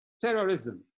terrorism